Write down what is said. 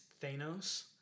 Thanos